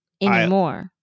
Anymore